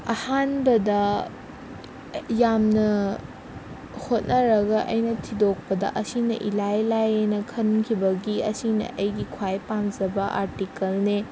ꯑꯍꯥꯟꯕꯗ ꯌꯥꯝꯅ ꯍꯣꯠꯅꯔꯒ ꯑꯩꯅ ꯊꯤꯗꯣꯛꯄꯗ ꯑꯁꯤꯅ ꯏꯂꯥꯏ ꯂꯥꯏꯌꯦꯅ ꯈꯟꯈꯤꯕꯒꯤ ꯑꯁꯤꯅ ꯑꯩꯒꯤ ꯈ꯭ꯋꯥꯏ ꯄꯥꯝꯖꯕ ꯑꯥꯔꯇꯤꯀꯜꯅꯦ